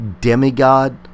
demigod